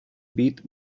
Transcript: beat